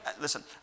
listen